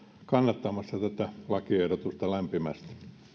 kannattamassa tätä lakiehdotusta lämpimästi